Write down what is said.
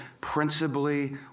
principally